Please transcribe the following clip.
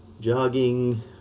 jogging